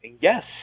Yes